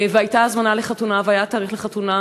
והייתה הזמנה לחתונה והיה תאריך לחתונה,